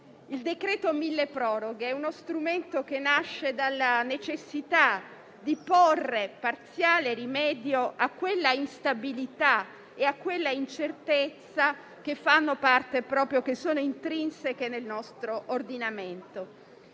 Il decreto milleproroghe è uno strumento che nasce dalla necessità di porre parziale rimedio a quell'instabilità e a quell'incertezza che sono intrinseche nel nostro ordinamento.